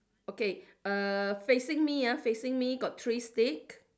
okay err facing me ah facing me got three stick